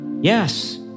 yes